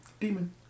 Demon